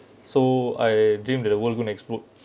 so I dream that the world wouldn't explode